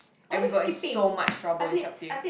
and we got in so much trouble in Chapteh